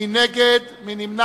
מי נגד?